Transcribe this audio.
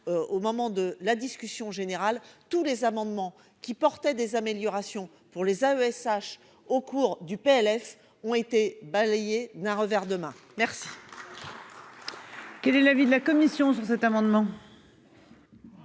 au moment de la discussion générale, tous les amendements qui portaient des améliorations pour les AESH au cours du PLF ont été balayés Nat revers de ma mère.